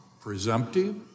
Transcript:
presumptive